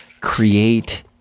create